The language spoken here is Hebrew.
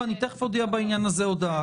ואני תיכף אודיע בעניין הזה הודעה.